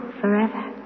forever